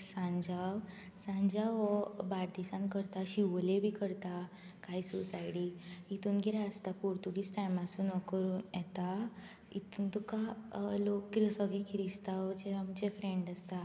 सांज्यांव सांज्यांव हो बार्देजांत करता शिवोले बी करता कांय सोसायटी इतून कितें आसता पोर्तुगीजा टायम्सासून हो करून येता इतून तुका लोक सगळे क्रिस्तांव जे आमचे फ्रेंड आसता